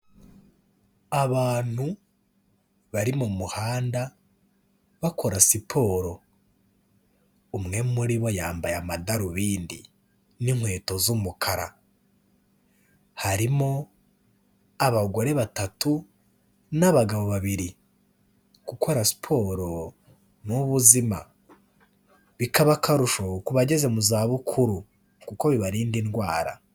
Abantu bari mu muhanda bakora siporo, umwe muri bo yambaye amadarubindi n'inkweto z'umukara, harimo abagore batatu n'abagabo babiri; gukora siporo ni ubuzima, bikaba akarusho ku bageze mu zabukuru kuko bibarinda indwara.